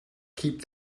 keep